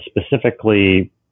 specifically